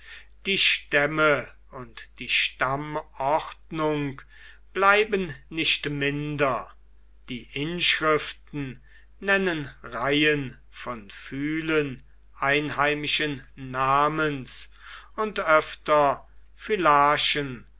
die stämme und die stammordnung bleiben nicht minder die inschriften nennen reihen von phylen einheimischen namens und